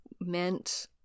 meant